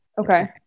okay